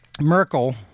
Merkel